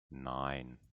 nine